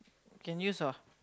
can use ah